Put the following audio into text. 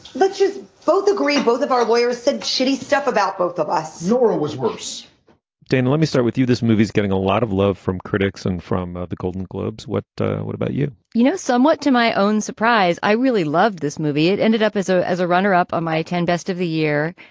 let's just both agree. both of our lawyers said shitty stuff about both of us. zorro was worse dana, let me start with you. this movie is getting a lot of love from critics and from the golden globes. what what about you? you know, somewhat to my own surprise, i really loved this movie. it ended up as a as a runner up on my ten best of the year.